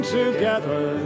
together